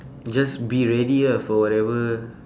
just be ready ah for whatever